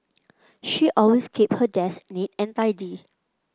she always keep her desk neat and tidy